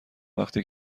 وقتی